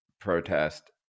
protest